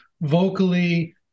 vocally